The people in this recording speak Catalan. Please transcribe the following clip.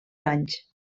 anys